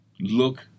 look